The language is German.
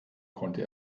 konnte